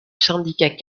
syndicat